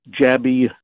jabby